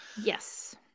yes